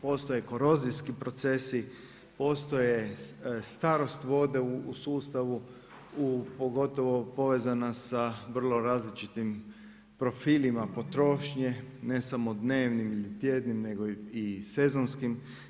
Postoje korozijski procesi, postoji starost vode u sustavu, u pogotovo povezana sa vrlo različitim profilima potrošnje, ne samo dnevnim ili tjednim nego i sezonskim.